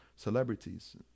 Celebrities